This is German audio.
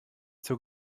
zur